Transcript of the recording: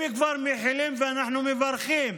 אם כבר מחילים ואנחנו מברכים